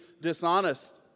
dishonest